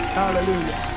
hallelujah